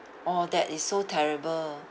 !ow! that is so terrible